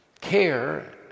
care